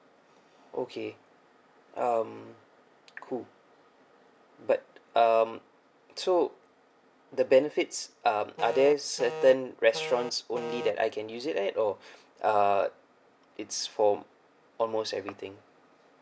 okay um cool but um so the benefits um are there certain restaurants only that I can use it at or uh is for almost everything